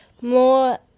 more